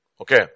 okay